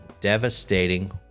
devastating